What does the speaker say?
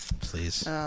Please